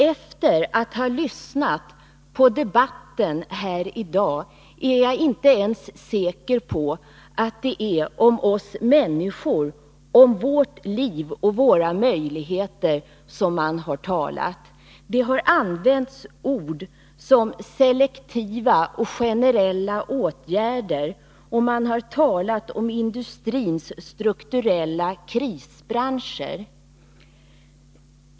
Efter att ha lyssnat på debatten här i dag är jag inte ens säker på att det är om oss människor, vårt liv och våra möjligheter som man har talat. Det har använts ord som selektiva och generella åtgärder, och man har talat om industrins strukturella krisbranscher.